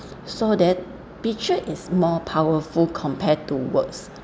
so that picture is more powerful compared to words